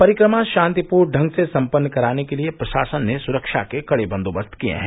परिक्रमा शांतिपूर्ण ढंग से संपन्न कराने के लिए प्रशासन ने सुरक्षा के कड़े बंदोबस्त किए हैं